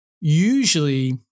usually